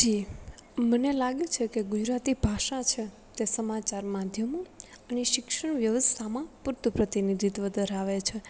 જી મને લાગે છે કે ગુજરાતી ભાષા છે તે સમાચાર માધ્યમો અને શિક્ષણ વ્યવસ્થામાં પૂરતું પ્રતિનિધિત્ત્વ ધરાવે છે